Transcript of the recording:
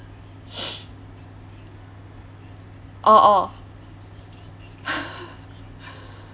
orh orh